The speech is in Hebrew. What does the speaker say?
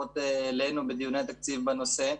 אלינו, בדיוני התקציב בנושא.